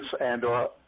and/or